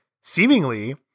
seemingly